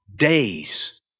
Days